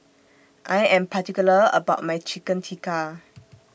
I Am particular about My Chicken Tikka